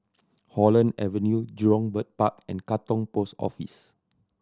Holland Avenue Jurong Bird Park and Katong Post Office